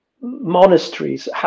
monasteries